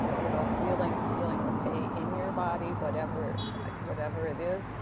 you know, feeling feeling ok in your body, whatever whatever it is,